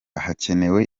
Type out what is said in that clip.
hakenewe